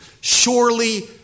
surely